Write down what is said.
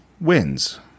wins